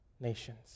nations